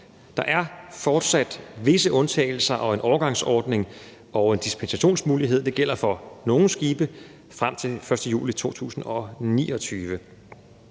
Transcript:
Der er fortsat visse undtagelser, en overgangsordning og en dispensationsmulighed. Det gælder for nogle skibe frem til den 1. juli 2029.